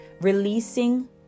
Releasing